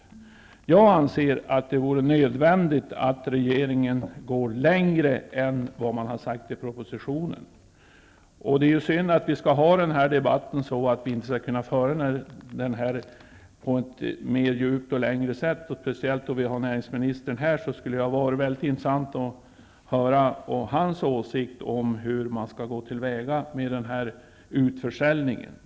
Enligt min mening är det nödvändigt att regeringen går längre än vad som sägs i propositionen. Det är synd att denna debatt inte kan föras på ett djupare plan, speciellt som näringsministern finns med här i kammaren. Det skulle ha varit mycket intressant att få höra hans åsikt om hur man skall gå till väga vid utförsäljningen.